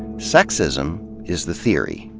sexism is the theory,